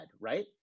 right